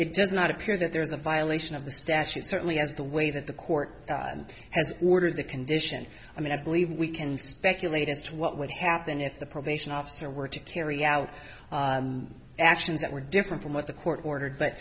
does not appear that there is a violation of the statute certainly as the way that the court has ordered the condition i mean i believe we can speculate as to what would happen if the probation officer were to carry out actions that were different from what the court ordered but